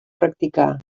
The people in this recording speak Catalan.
practicar